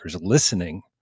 listening